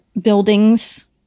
buildings